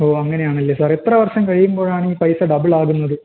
ഓ അങ്ങനെയാണല്ലേ സാർ എത്ര വർഷം കഴിയുമ്പോഴാണ് ഈ പൈസ ഡബിൾ ആകുന്നത്